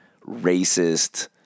racist